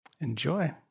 Enjoy